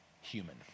human